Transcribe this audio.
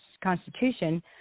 Constitution